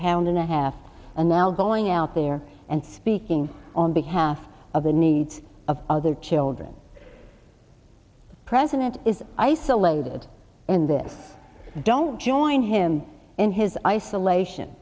pound and a half and now going out there and speaking on behalf of the needs of other children president is isolated in that don't join him in his isolation